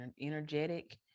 energetic